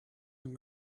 and